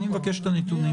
אני מבקש את הנתונים.